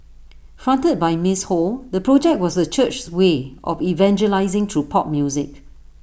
fronted by miss ho the project was the church's way of evangelising through pop music